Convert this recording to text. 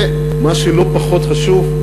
ומה שלא פחות חשוב,